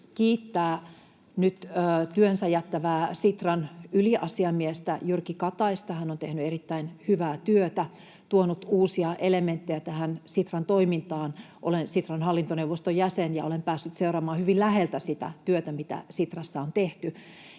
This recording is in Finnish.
kiittää nyt työnsä jättävää Sitran yliasiamiestä Jyrki Kataista. Hän on tehnyt erittäin hyvää työtä ja tuonut uusia elementtejä Sitran toimintaan. Olen Sitran hallintoneuvoston jäsen ja olen päässyt seuraamaan hyvin läheltä sitä työtä, mitä Sitrassa on tehty.